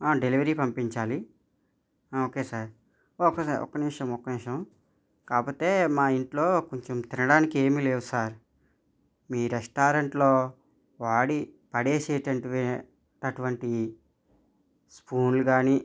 ఆ డెలివరీ పంపించాలి ఆ ఓకే సార్ ఓకే సార్ ఒక్క నిమిషం ఒక్క నిమిషం కాకపోతే మా ఇంట్లో కొంచెం తినడానికి ఏమీ లేవు సార్ మీ రెస్టారెంట్లో వాడి పడేసేటంటివి టటువంటి స్పూన్లు కాని